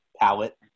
palette